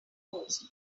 post